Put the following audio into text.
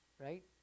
Right